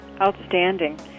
Outstanding